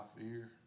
fear